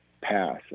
pass